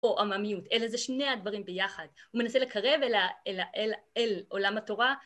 או עממיות, אלא זה שני הדברים ביחד. הוא מנסה לקרב אל עולם התורה